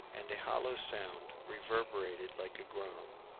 and a hollow sound reverberated like a groan.